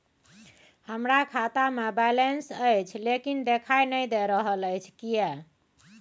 हमरा खाता में बैलेंस अएछ लेकिन देखाई नय दे रहल अएछ, किये?